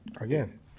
Again